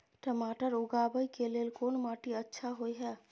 टमाटर उगाबै के लेल कोन माटी अच्छा होय है?